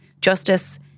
justice